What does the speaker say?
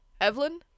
Evelyn